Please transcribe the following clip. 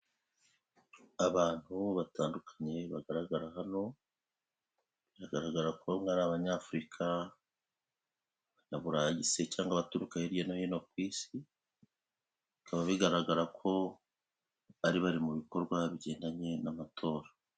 Abantu batandukanye bagaragara hano, biragaragara ko ari abanyafurika, abanyaburayi se cyangwa abaturuka hirya no hino ku isi, bikaba bigaragara ko bari bari mu bikorwa bigendanye n'amatora.